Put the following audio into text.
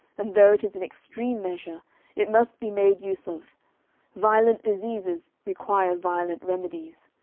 and though it is an extreme measure it must be made use of violent diseases require violent remedies.